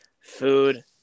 food